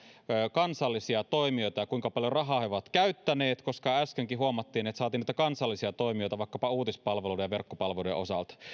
kansallisia toimijoita ja sitä kuinka paljon rahaa ne ovat käyttäneet koska äskenkin huomattiin että saatiin noita kansallisia toimijoita vaikkapa uutispalveluiden ja verkkopalveluiden osalta